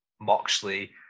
moxley